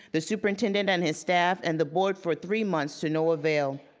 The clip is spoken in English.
the superintendent and his staff, and the board for three months, to no avail.